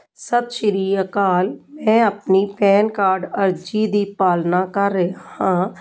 ਸਤਿ ਸ੍ਰੀ ਅਕਾਲ ਮੈਂ ਆਪਣੀ ਪੈਨ ਕਾਰਡ ਅਰਜ਼ੀ ਦੀ ਪਾਲਣਾ ਕਰ ਰਿਹਾ